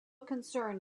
concern